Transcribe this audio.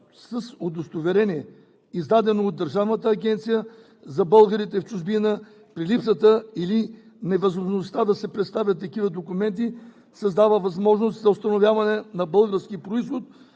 с удостоверение, издадено от Държавната агенция за българите в чужбина. При липсата или невъзможността да се представят такива документи се дава възможност за установяване на български произход